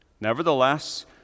Nevertheless